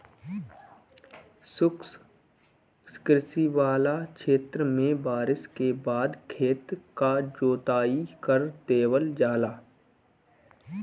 शुष्क कृषि वाला क्षेत्र में बारिस के बाद खेत क जोताई कर देवल जाला